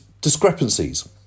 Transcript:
discrepancies